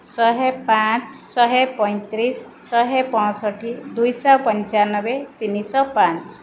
ଶହେ ପାଞ୍ଚ ଶହେ ପଞ୍ଚତିରିଶି ଶହେ ପଞ୍ଚଷଠି ଦୁଇଶହ ପଞ୍ଚାନବେ ତିନିଶହ ପାଞ୍ଚ